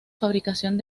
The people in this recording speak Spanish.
fabricación